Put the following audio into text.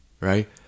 right